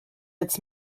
its